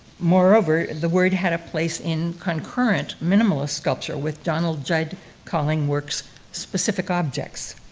moreover, the word had a place in concurrent minimalist sculpture, with donald judd calling works specific objects.